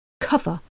cover